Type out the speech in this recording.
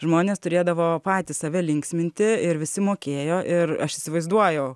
žmonės turėdavo patys save linksminti ir visi mokėjo ir aš įsivaizduoju